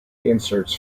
inserts